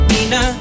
Nina